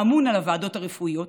הממונה על הוועדות הרפואיות,